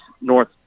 North